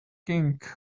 king